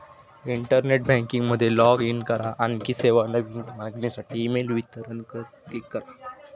internet banking मध्ये log in करा, आणखी सेवा, नवीन मागणीसाठी ईमेल विवरणा वर क्लिक करा